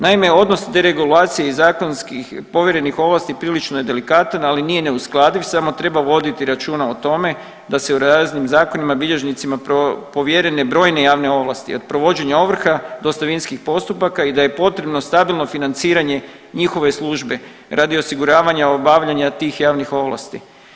Naime, odnos te regulacije i zakonskih povjerenih ovlasti prilično je delikatan, ali nije neuskladiv samo treba voditi računa o tome da se u raznim zakonima bilježnicima povjerene brojne javne ovlasti od provođenja ovrha do ostavinskih postupaka i da je potrebno stabilno financiranje njihove službe radi osiguravanja obavljanja tih javnih ovlasti.